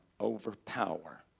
overpower